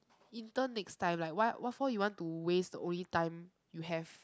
intern next time like why what for you want to waste the only time you have